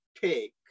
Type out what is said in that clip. take